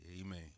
amen